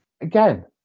again